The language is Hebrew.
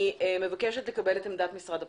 אני מבקשת לקבל את עמדת משרד הפנים.